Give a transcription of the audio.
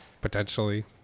potentially